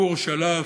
גור שלף,